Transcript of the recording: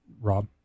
Rob